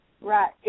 right